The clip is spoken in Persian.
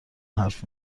حرف